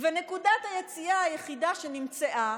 ונקודת היציאה היחידה שנמצאה